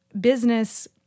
business